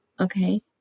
Okay